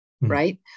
right